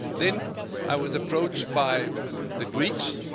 then i was approached by the greeks.